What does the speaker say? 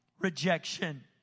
rejection